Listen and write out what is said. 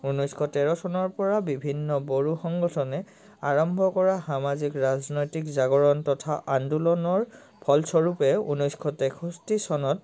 ঊনৈছশ তেৰ চনৰপৰা বিভিন্ন বড়ো সংগঠনে আৰম্ভ কৰা সামাজিক ৰাজনৈতিক জাগৰণ তথা আন্দোলনৰ ফলস্বৰূপে ঊনৈছশ তেষষ্টি চনত